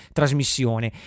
trasmissione